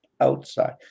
outside